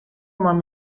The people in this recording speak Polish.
mam